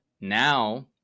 now